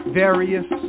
various